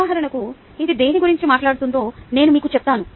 ఉదాహరణకు ఇది దేని గురించి మాట్లాడుతుందో నేను మీకు చెప్తాను